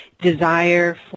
desire